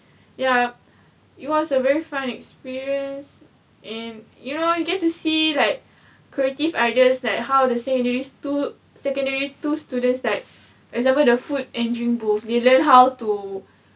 yup it was a very fun experience and you know you get to see like creative ideas like how the secondary two secondary two students like example the food and drink booth the learn how to